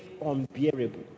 unbearable